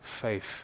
faith